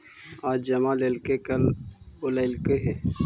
आज जमा लेलको कल बोलैलको हे?